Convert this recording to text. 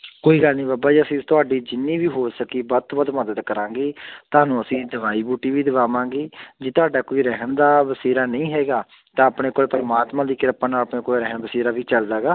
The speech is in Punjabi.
ਕੋਈ ਗੱਲ ਨਹੀਂ ਬਾਬਾ ਜੀ ਅਸੀਂ ਤੁਹਾਡੀ ਜਿੰਨੀ ਵੀ ਹੋ ਸਕੀ ਵੱਧ ਤੋਂ ਵੱਧ ਮਦਦ ਕਰਾਂਗੇ ਤੁਹਾਨੂੰ ਅਸੀਂ ਦਵਾਈ ਬੂਟੀ ਵੀ ਦਵਾਵਾਂਗੇ ਜੇ ਤੁਹਾਡਾ ਕੋਈ ਰਹਿਣ ਦਾ ਬਸੇਰਾ ਨਹੀਂ ਹੈਗਾ ਤਾਂ ਆਪਣੇ ਕੋਲ ਪਰਮਾਤਮਾ ਦੀ ਕਿਰਪਾ ਨਾਲ ਆਪਣੇ ਕੋਲ ਰਹਿਣ ਬਸੇਰਾ ਵੀ ਚੱਲਦਾ ਗਾ